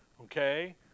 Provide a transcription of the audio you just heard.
Okay